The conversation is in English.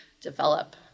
develop